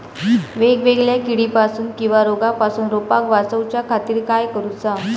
वेगवेगल्या किडीपासून किवा रोगापासून रोपाक वाचउच्या खातीर काय करूचा?